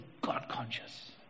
God-conscious